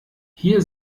hier